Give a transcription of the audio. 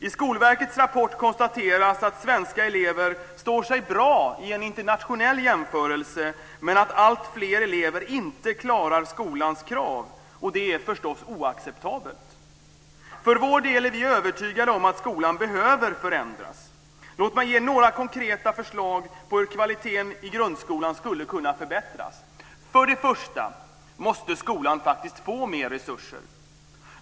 I Skolverkets rapport konstateras att svenska elever står sig bra i en internationell jämförelse, men att alltfler elever inte klarar skolans krav, och det är förstås oacceptabelt. För vår del är vi övertygade om att skolan behöver förändras. Låt mig ge några konkreta förslag på hur kvaliteten i grundskolan skulle kunna förbättras. För det första måste skolan faktiskt få mer resurser.